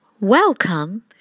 Welcome